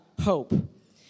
hope